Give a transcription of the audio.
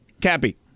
Cappy